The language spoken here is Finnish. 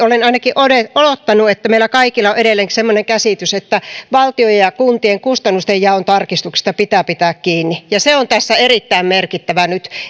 niin olen ainakin olettanut että meillä kaikilla on edelleenkin semmoinen käsitys että valtion ja kuntien kustannustenjaon tarkistuksista pitää pitää kiinni ja se on tässä erittäin merkittävää nyt